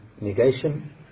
negation